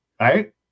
Right